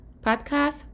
podcast